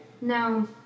No